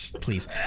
please